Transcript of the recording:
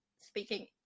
speaking